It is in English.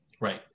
Right